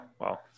Wow